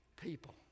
people